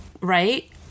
Right